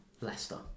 Leicester